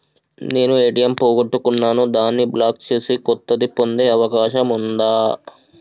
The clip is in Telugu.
నేను ఏ.టి.ఎం పోగొట్టుకున్నాను దాన్ని బ్లాక్ చేసి కొత్తది పొందే అవకాశం ఉందా?